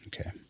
Okay